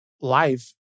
life